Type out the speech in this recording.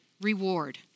reward